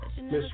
Miss